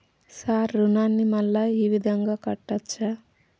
Sir రుణాన్ని మళ్ళా ఈ విధంగా కట్టచ్చా?